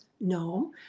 No